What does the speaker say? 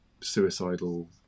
suicidal